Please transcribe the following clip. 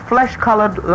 flesh-colored